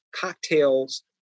Cocktails